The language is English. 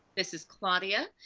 this is claudia.